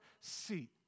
seat